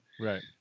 Right